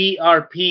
erp